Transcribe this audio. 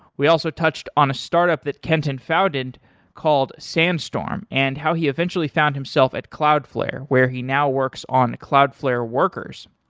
we also touched on a startup that kenton founded called sandstorm and how he eventually found himself at cloudflare where he now works on the cloudflare workers.